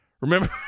Remember